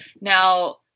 Now